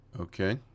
okay